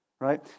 Right